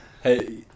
Hey